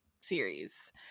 series